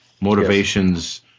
Motivations